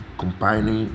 company